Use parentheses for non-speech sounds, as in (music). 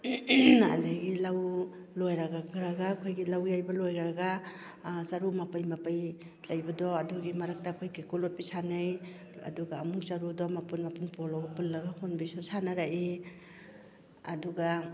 ꯑꯗꯨꯗꯒꯤ ꯂꯧ ꯂꯣꯏꯔꯒ (unintelligible) ꯑꯩꯈꯣꯏꯒꯤ ꯂꯧ ꯌꯩꯕ ꯂꯣꯏꯈꯔꯒ ꯆꯔꯨ ꯃꯄꯩ ꯃꯄꯩ ꯂꯩꯕꯗꯣ ꯑꯗꯨꯒꯤ ꯃꯔꯛꯇ ꯑꯩꯈꯣꯏ ꯀꯦꯀꯨ ꯂꯣꯠꯄꯤ ꯁꯥꯟꯅꯩ ꯑꯗꯨꯒ ꯑꯃꯨꯛ ꯆꯔꯨꯗꯣ ꯃꯄꯨꯟ ꯃꯄꯨꯟ ꯄꯨꯜꯂꯒ ꯍꯨꯟꯕꯤꯁꯨ ꯁꯥꯟꯅꯔꯛꯏ ꯑꯗꯨꯒ